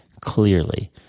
clearly